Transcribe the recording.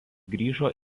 grįžo